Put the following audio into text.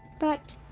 but.